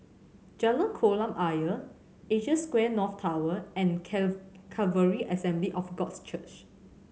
Jalan Kolam Ayer Asia Square North Tower and Calvary Assembly of God Church